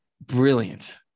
Brilliant